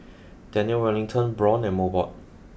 Daniel Wellington Braun and Mobot